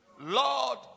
lord